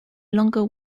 longer